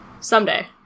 Someday